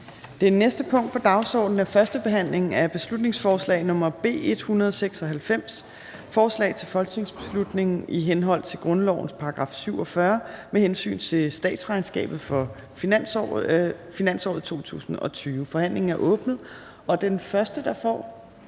Det næste punkt på dagsordenen er: 14) 1. behandling af beslutningsforslag nr. B 196: Forslag til folketingsbeslutning i henhold til grundlovens § 47 med hensyn til statsregnskabet for finansåret 2020. (Forslaget som fremsat (i